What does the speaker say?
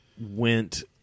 went